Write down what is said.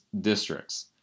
districts